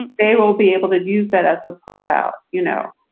and they will be able to use that as a pull out, you know,